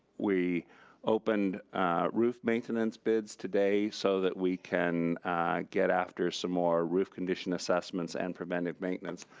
we opened roof maintenance bids today so that we can get after some more roof condition assessments and preventative maintenance,